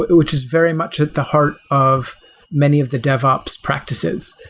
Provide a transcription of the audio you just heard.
which is very much at the heart of many of the devops practices.